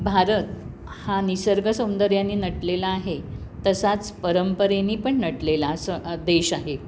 भारत हा निसर्ग सौंदर्याने नटलेला आहे तसाच परंपरेने पण नटलेला असं देश आहे